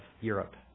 Europe